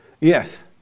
Yes